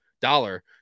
dollar